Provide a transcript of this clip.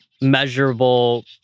measurable